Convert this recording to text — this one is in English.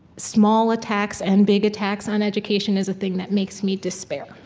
small attacks and big attacks on education is a thing that makes me despair